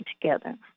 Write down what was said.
together